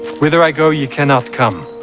whither i go, ye cannot come.